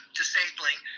disabling